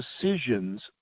decisions